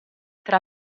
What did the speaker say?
tra